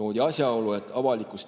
toodi asjaolu, et avalikus